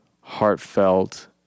heartfelt